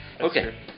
Okay